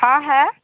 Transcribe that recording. हाँ है